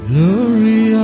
Glory